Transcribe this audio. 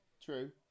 true